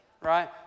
Right